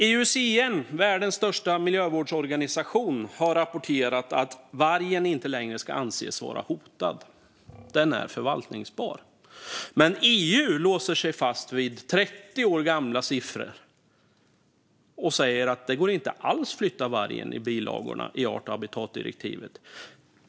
IUCN, världens största miljövårdsorganisation, har rapporterat att vargen inte längre ska anses vara hotat. Den är förvaltningsbar. Men EU låser sig fast vid 30 år gamla siffror och säger att det inte alls går att flytta vargen i bilagorna till art och habitatdirektivet.